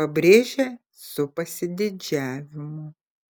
pabrėžia su pasididžiavimu